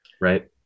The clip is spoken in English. Right